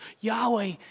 Yahweh